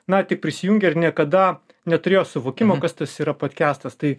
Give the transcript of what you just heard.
na tik prisijungė ir niekada neturėjo suvokimo kas tas yra podkestas tai